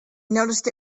noticed